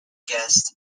guest